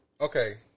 okay